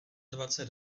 dvacet